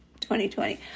2020